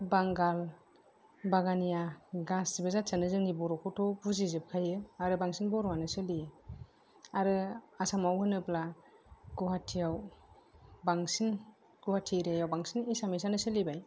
बांगाल बागानिया गासिबो जाथियानो जोंनि बर'खौथ' बुजिजोबखायो आरो बांसिन बर'आनो सोलियो आरो आसामाव होनोब्ला गुवाहाटियाव बांसिन गुवाहाटि एरियायाव बांसिन एसामिसआनो सोलिबाय